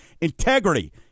Integrity